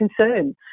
concern